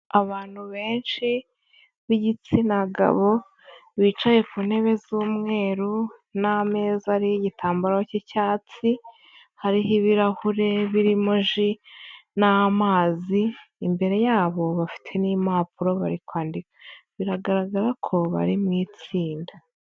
Abantu benshi b'igitsina gabo, bicaye ku ntebe z'umweru n'ameza, ariho igitambaro cy'icyatsi, hariho ibirahure birimo ji n'amazi, imbere yabo bafite n'impapuro bari kwandika, biragaragara ko bari mu itsinda.